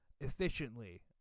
efficiently